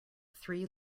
three